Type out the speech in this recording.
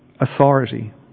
authority